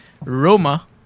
Roma